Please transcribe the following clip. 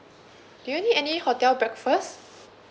do you need any hotel breakfast